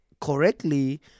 correctly